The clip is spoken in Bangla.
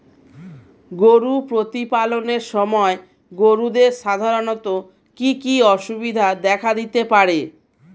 গরু প্রতিপালনের সময় গরুদের সাধারণত কি কি অসুবিধা দেখা দিতে পারে?